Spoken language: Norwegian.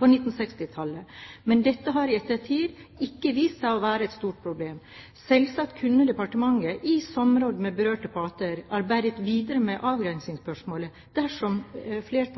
på 1960-tallet, men dette har i ettertid vist seg ikke å være et stort problem. Selvsagt kunne departementet, i samråd med berørte parter, arbeidet videre med avgrensningsspørsmålet – dersom flertallet